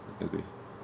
okay